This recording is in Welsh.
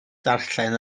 ddarllen